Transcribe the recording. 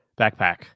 Backpack